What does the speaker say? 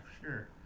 sure